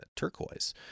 Turquoise